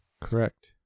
Correct